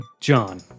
john